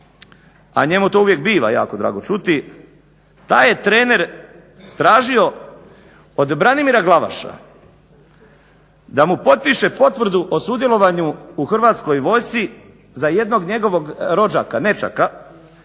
a njemu to uvijek biva jako drago čuti, taj je trener tražio od Branimira Glavaša da mu potpiše potvrdu o sudjelovanju u Hrvatskoj vojsci za jednog njegovog rođaka, nećaka,